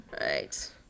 Right